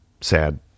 sad